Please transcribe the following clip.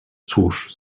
cóż